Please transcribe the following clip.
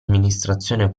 amministrazione